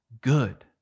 good